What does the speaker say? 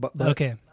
Okay